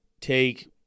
take